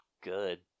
good